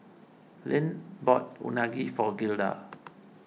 Lynne bought Unagi for Gilda